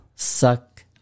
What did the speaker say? suck